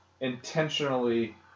intentionally